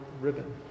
ribbon